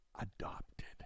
adopted